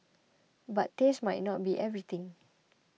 but taste might not be everything